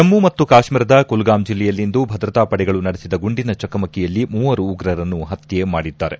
ಜಮ್ನು ಮತ್ತು ಕಾಶ್ನೀರದ ಕುಲ್ಗಾಮ್ ಜಿಲ್ಲೆಯಲ್ಲಿಂದು ಭದ್ರತಾ ಪಡೆಗಳು ನಡೆಬದ ಗುಂಡಿನ ಚಕಮಕಿಯಲ್ಲಿ ಮೂವರು ಉಗ್ರರನ್ನು ಪತ್ನೆ ಮಾಡಿದ್ದಾರೆ